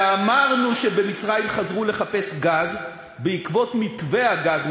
ואמרנו שבמצרים חזרו לחפש גז בעקבות מתווה הגז,